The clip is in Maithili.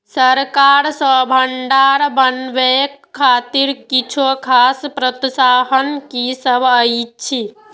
सरकार सँ भण्डार बनेवाक खातिर किछ खास प्रोत्साहन कि सब अइछ?